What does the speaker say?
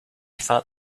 thought